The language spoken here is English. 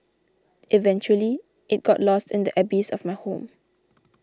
eventually it got lost in the abyss of my home